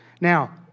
Now